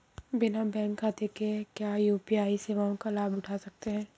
बिना बैंक खाते के क्या यू.पी.आई सेवाओं का लाभ उठा सकते हैं?